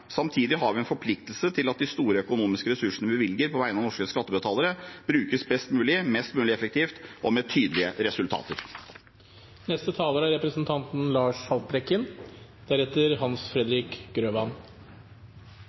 Samtidig har vi en forpliktelse til at de store økonomiske ressursene vi bevilger på vegne av norske skattebetalere, brukes best mulig, mest mulig effektivt og med tydelige resultater. De to største utfordringene verden står overfor på miljøsiden, er